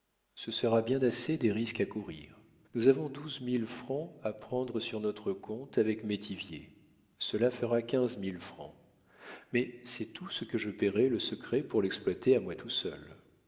ce sera bien assez des risques à courir nous avons douze mille francs à prendre sur notre compte avec métivier cela fera quinze mille francs mais c'est tout ce que je payerais le secret pour l'exploiter à moi tout seul